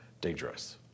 dangerous